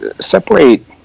separate